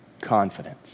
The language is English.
confidence